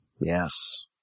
Yes